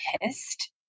pissed